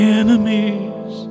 enemies